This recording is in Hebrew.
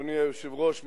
אדוני היושב-ראש,